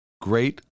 Great